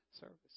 service